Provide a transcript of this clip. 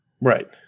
Right